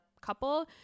couple